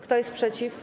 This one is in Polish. Kto jest przeciw?